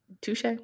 Touche